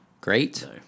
great